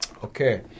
Okay